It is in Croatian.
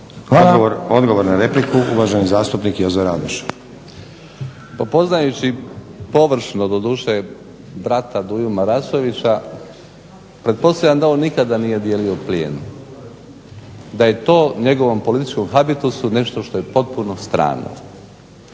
Odgovor na repliku, uvaženi zastupnik Jozo Radoš. **Radoš, Jozo (HNS)** Pa poznajući površno doduše brata Duju Marasovića, pretpostavljam da on nikada nije dijelio plijen, da je to njegovom političkom habitusu nešto što je potpuno strano.